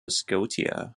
scotia